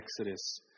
Exodus